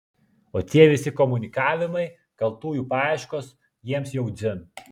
o tie visi komunikavimai kaltųjų paieškos jiems jau dzin